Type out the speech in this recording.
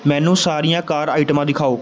ਮੈਨੂੰ ਸਾਰੀਆਂ ਕਾਰ ਆਈਟਮਾਂ ਦਿਖਾਓ